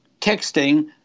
texting